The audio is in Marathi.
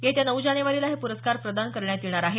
येत्या नऊ जानेवारीला हे पुरस्कार प्रदान करण्यात येणार आहेत